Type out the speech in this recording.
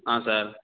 ஆ sir